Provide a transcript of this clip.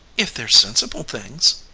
if they're sensible things.